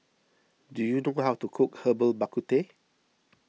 do you know how to cook Herbal Bak Ku Teh